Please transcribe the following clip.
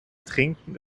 trinken